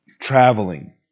traveling